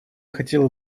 хотела